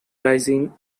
rising